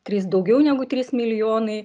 trys daugiau negu trys milijonai